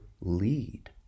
lead